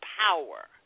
power